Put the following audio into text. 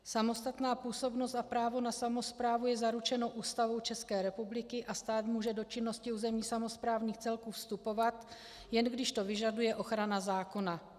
Samostatná působnost a právo na samosprávu je zaručeno Ústavou České republiky a stát může do činnosti územních samosprávných celků vstupovat, jen když to vyžaduje ochrana zákona.